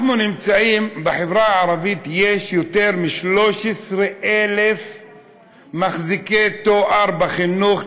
בחברה הערבית יש יותר מ-13,000 מחזיקי תואר בחינוך,